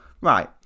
right